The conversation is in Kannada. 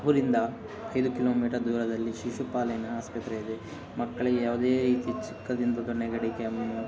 ಊರಿಂದ ಐದು ಕಿಲೋಮೀಟರ್ ದೂರದಲ್ಲಿ ಶಿಶುಪಾಲನೆಯ ಆಸ್ಪತ್ರೆ ಇದೆ ಮಕ್ಕಳಿಗೆ ಯಾವುದೇ ರೀತಿ ಚಿಕ್ಕದಿಂದ ದೊಡ್ಡ ನೆಗಡಿ ಕೆಮ್ಮು